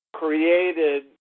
created